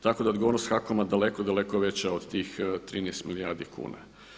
Tako da je odgovornost HAKOM-a daleko, daleko veća od tih 13 milijardi kuna.